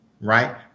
right